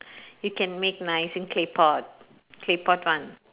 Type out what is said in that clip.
you can make rice in clay pot clay pot one